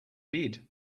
bid